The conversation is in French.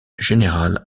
general